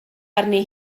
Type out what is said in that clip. arni